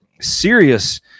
serious